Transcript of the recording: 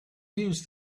use